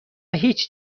هیچ